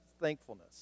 thankfulness